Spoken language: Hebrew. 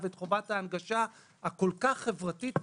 את חובת ההנגשה הכול כך חברתית וחשובה.